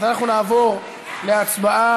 אז אנחנו נעבור להצבעה,